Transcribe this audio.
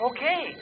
Okay